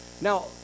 Now